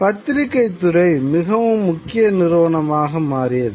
பத்திரிகைத் துறை மிகவும் முக்கிய நிறுவனமாக மாறியது